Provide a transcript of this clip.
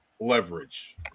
leverage